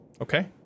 Okay